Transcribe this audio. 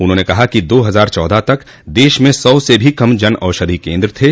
उन्होंने कहा कि दो हजार चौदह तक देश में सौ से भी कम जन औषधि केन्द्र थे